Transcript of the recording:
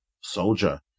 soldier